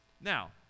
Now